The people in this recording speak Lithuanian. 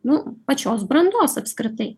nu pačios brandos apskritai